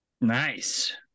Nice